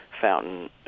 fountain